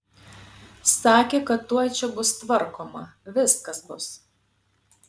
sakė kad tuoj čia bus tvarkoma viskas bus